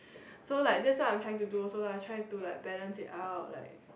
so like that's what I'm trying to do also lah try to like balance it out like